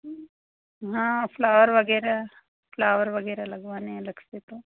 हाँ फ्लावर वगैरह फ्लावर वगैरह लगवाने है अलग से तो